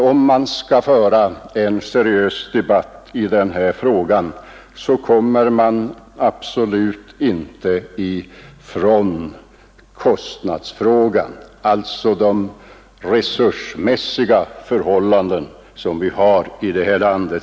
Om man skall föra en seriös debatt i detta ärende, kommer man absolut inte ifrån kostnadsfrågan, alltså tillgången på resurser i detta land.